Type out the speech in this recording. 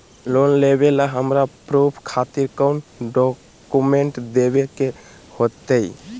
Loan लेबे ला हमरा प्रूफ खातिर कौन डॉक्यूमेंट देखबे के होतई?